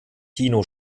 tino